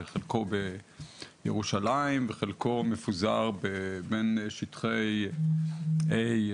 שחלקו בירושלים וחלקו מפוזר בין שטחי A,